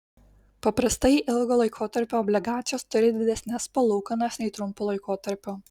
paprastai ilgo laikotarpio obligacijos turi didesnes palūkanas nei trumpo laikotarpio